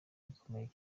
bikomeye